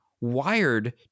wired